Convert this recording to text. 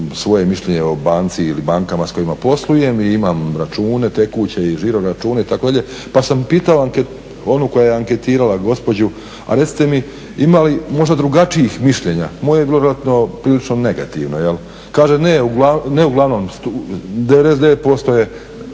svoje mišljenje o banci ili bankama s kojima poslujem i imam račune tekuće i žiro račune itd. Pa sam pitao onu koja je anketirala gospođu, a recite mi ima li možda drugačijih mišljenja. Moje je bilo relativno prilično negativno. Kaže ne, uglavnom, ne